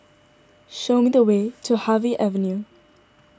show me the way to Harvey Avenue